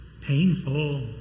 painful